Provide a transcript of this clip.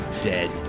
Dead